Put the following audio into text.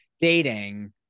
dating